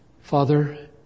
Father